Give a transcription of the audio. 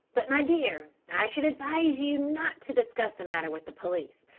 but my dear, i should advise you not to discuss the matter with the police.